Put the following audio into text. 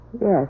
yes